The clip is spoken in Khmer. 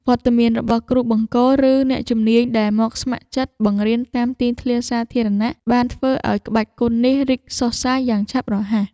វត្តមានរបស់គ្រូបង្គោល ឬអ្នកជំនាញដែលមកស្ម័គ្រចិត្តបង្រៀនតាមទីធ្លាសាធារណៈ បានធ្វើឱ្យក្បាច់គុណនេះរីកសុះសាយយ៉ាងឆាប់រហ័ស។